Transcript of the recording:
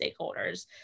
stakeholders